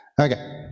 Okay